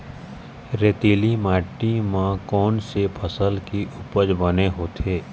रेतीली माटी म कोन से फसल के उपज बने होथे?